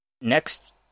Next